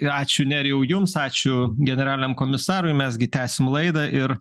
ir ačiū nerijau jums ačiū generaliniam komisarui mes gi tęsim laidą ir